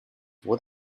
what